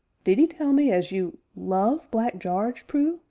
did ee tell me as you love black jarge, prue?